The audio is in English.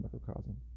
microcosm